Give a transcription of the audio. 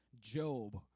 Job